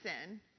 sin